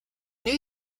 new